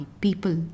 people